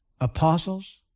apostles